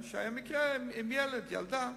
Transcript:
היה מקרה עם ילד, ילדה,